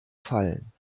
fallen